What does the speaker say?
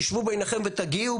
תשבו ביניכם ותגיעו,